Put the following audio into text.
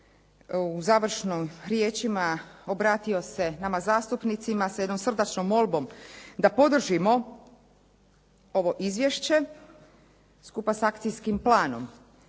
u završnim riječima obratio se nama zastupnicima sa jednom srdačnom molbom da podržimo ovo izvješće skupa s akcijskim planom.